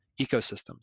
ecosystems